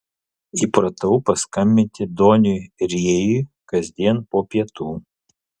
įpratau paskambinti doniui rėjui kasdien po pietų